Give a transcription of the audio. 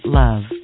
love